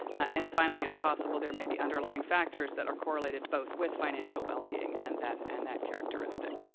and finally, it's possible there may be underlying factors that are correlated both with financial wellbeing and that and that characteristic.